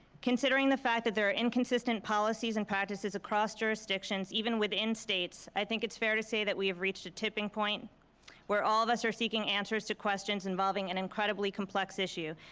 considering the fact that there are inconsistent policies and practices across jurisdictions, even within states, i think it's fair to say that we have reached a tipping point where all of us are seeking answers to questions involving an incredibly complex issue.